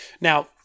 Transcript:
Now